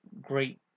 great